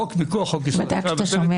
חוק מכוח חוק יסוד -- הוא בדק שאתה שומע.